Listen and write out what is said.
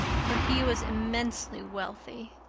for he was immensely wealthy.